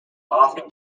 often